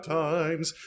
times